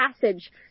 passage